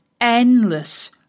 endless